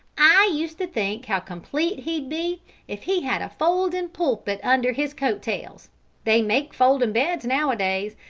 i used to think how complete he'd be if he had a foldin' pulpit under his coat tails they make foldin' beds nowadays,